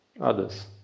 Others